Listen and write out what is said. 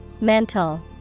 Mental